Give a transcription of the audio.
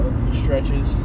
Stretches